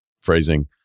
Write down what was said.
Phrasing